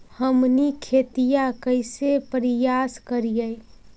हमनी खेतीया कइसे परियास करियय?